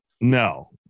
No